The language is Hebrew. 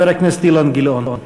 חבר הכנסת אילן גילאון.